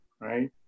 right